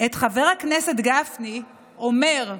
את חבר הכנסת גפני אומר: